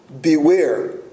Beware